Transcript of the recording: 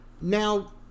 Now